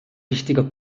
wichtiger